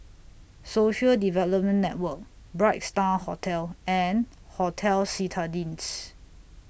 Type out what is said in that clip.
Social Development Network Bright STAR Hotel and Hotel Citadines